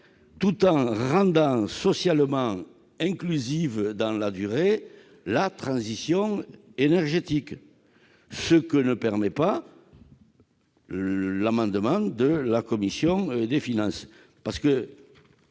tout en rendant socialement inclusive dans la durée la transition énergétique, ce que ne permet pas l'amendement de la commission des finances. Car, à